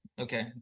Okay